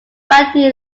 battery